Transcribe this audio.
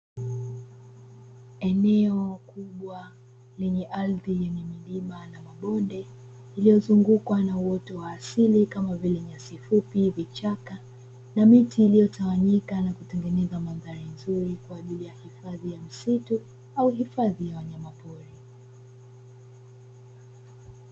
Eneo kubwa yenye ardhi yenye milima na mabonde iliyozungukwa na uoto wa asili kama vile nyasi fupi, vichaka na miti iliyotawanyika na kutengeneza mandhari nzuri kwa ajili ya hifadhi ya misitu au hifadhi ya wanyama pori.